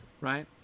Right